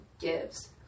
gives